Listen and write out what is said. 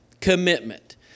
commitment